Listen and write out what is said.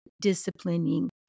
disciplining